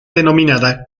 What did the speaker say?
denominada